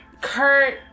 Kurt